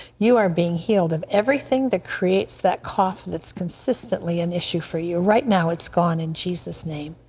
you are being healed of everything that creates that cough that is consistently an issue for you. right now it is gone in jesus nape.